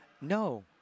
No